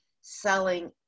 selling